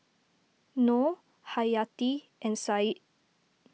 Noh Haryati and Said